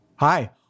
Hi